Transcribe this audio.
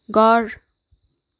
घर